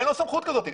אין לו סמכות כזאת.